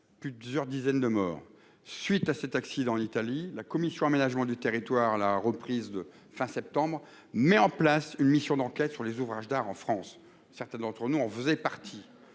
10 heures dizaines de morts suite à cet accident, l'Italie, la commission aménagement du territoire, la reprise de fin septembre, met en place une mission d'enquête sur les ouvrages d'art en France, certains d'entre nous, on faisait partie,